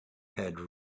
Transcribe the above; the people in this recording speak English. had